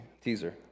Teaser